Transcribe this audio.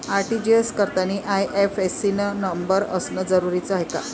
RTGS करतांनी IFSC न number असनं जरुरीच हाय का?